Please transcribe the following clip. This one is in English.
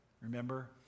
remember